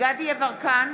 גדי יברקן,